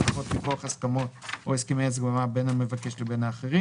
(לרבות מכוח הסכמות או הסכמי הצבעה בין המבקש לבין אחרים,